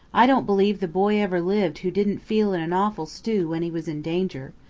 i don't believe the boy ever lived who didn't feel in an awful stew when he was in danger.